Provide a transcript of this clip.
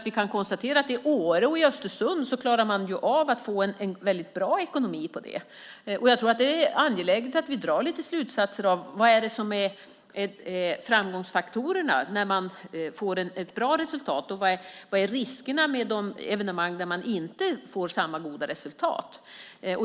Vi kan konstatera att i Åre och Östersund klarade man av att få en bra ekonomi i det. Det är angeläget att vi drar lite slutsatser om vad som är framgångsfaktorerna när man får ett bra resultat och vilka riskerna är med de evenemang som inte ger samma goda resultat.